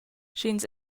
sch’ins